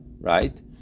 right